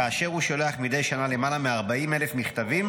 כאשר הוא שולח מדי שנה למעלה מ-40,000 מכתבים